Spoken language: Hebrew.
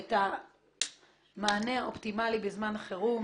את המענה האופטימלי בזמן חירום.